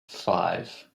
five